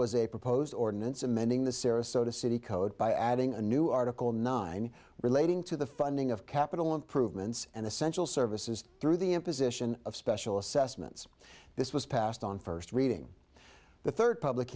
a proposed ordinance amending the sarasota city code by adding a new article nine relating to the funding of capital improvements and essential services through the imposition of special assessments this was passed on first reading the third public